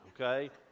okay